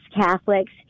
Catholics